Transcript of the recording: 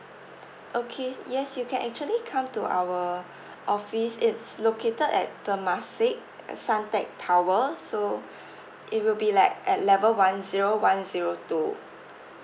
okay yes you can actually come to our office it's located at temasek suntec tower so it will be like at level one zero one zero two